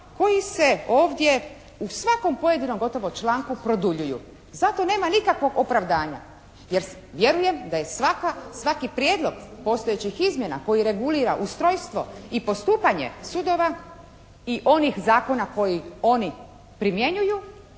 koji se ovdje u svakom pojedinom gotovo članku produljuju. Za to nema nikakvog opravdanja. Jer vjerujem da je svaka, svaki prijedlog postojećih izmjena koji regulira ustrojstvo i postupanje sudova i onih zakona koje oni primjenjuju